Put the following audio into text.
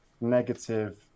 negative